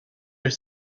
your